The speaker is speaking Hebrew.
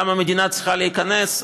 למה המדינה צריכה להיכנס,